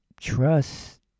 trust